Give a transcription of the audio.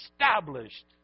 established